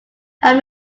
have